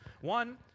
One